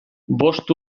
bost